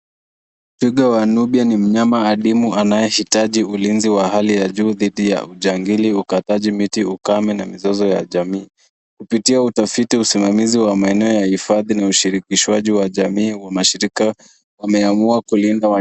Twiga wa Nubia ni nyama adimu anayehitaji ulinzi wa hali ya juu dhidi ya ujangili, ukataji miti, ukame na mizizi ya jamii. Kupitia utafiti wa maeneo ya uhifadhi na ushirikishwaji wa mashirika, wameamua kulinda